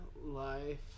life